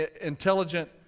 intelligent